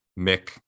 Mick